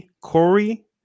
Corey